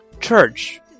Church